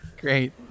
great